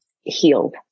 healed